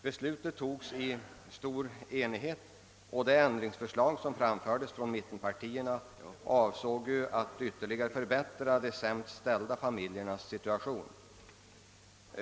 Beslutet fattades i stor enighet, och det ändringsförslag som framfördes av mittenpartierna avsåg att ytterligare förbättra de sämst ställda familjernas situation.